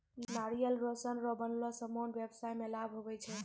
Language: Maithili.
नारियल रो सन रो बनलो समान व्याबसाय मे लाभ हुवै छै